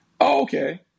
okay